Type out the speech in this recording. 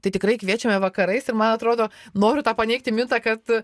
tai tikrai kviečiame vakarais ir man atrodo noriu tą paneigti mitą kad